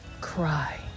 cry